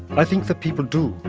i think that people do.